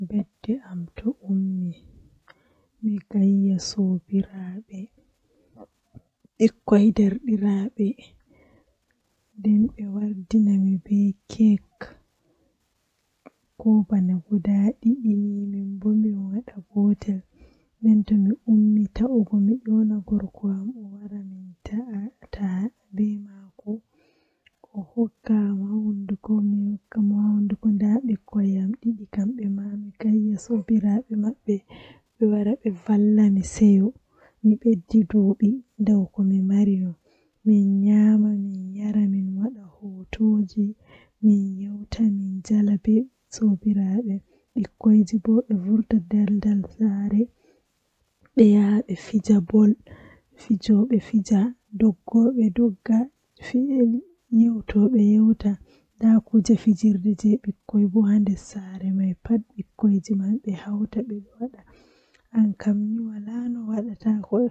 Ndikkinami mi laari fim woonde dow mi janga deftere ngam to adon laara fim do alaran bana zahiran on ndaadum dum don fe'a haa yeeso ma, Amma jangirde bo kanjum woodi bone masin seito ajangi bako afaama ko fe'ata nden to ajangi anuman on e hoore ma nda ko fe'e amma to adon laaroto be hollete nda ko fe'ata.